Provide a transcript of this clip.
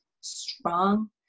strong